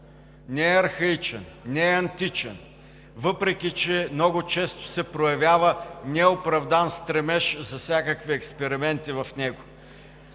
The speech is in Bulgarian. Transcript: не е архаичен, не е античен, въпреки че много често се проявява неоправдан стремеж за всякакви експерименти с него.